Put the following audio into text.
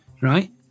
right